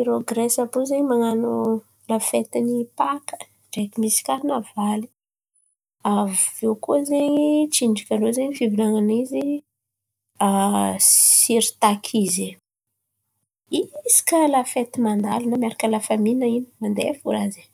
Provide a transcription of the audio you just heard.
Irô Giresy àby àby io zen̈y man̈ano lafety ny pàkà ndreky misy karinavaly. Avô koa zen̈y tsinjaka ndrô fivolan̈ana izy siritakize hisaka lafety mandalo na miaraka lafamy na ino mandeha fo raha zen̈y.